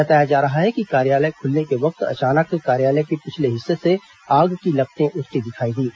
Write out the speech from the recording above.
बताया जा रहा है कि कार्यालय खुलने के वक्त अचानक कार्यालय के पिछले हिस्से से आग की लपटें उठती दिखाई दीं